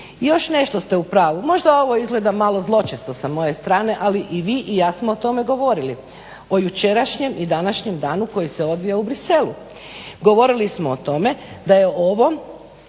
još nešto ste u pravu. Možda ovo izgleda malo zločesto sa moje strane ali i vi i ja smo o tome govorili o jučerašnjem i današnjem danu koji se odvija u Bruxellesu. Govorili smo o tome da je ovo